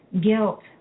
guilt